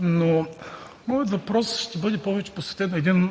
Но моят въпрос ще бъде повече посветен на един